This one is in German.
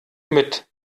mit